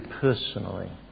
personally